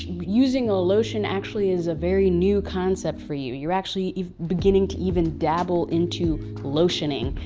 using a lotion actually is a very new concept for you, you're actually beginning to even dabble into lotioning,